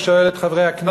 ושואל את חברי הכנסת,